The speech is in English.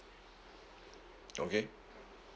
okay